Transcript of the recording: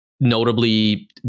Notably